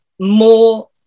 more